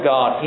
God